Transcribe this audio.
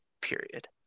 period